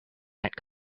that